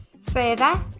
further